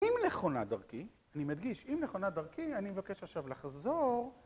אם נכונה דרכי, אני מדגיש, אם נכונה דרכי, אני מבקש עכשיו לחזור...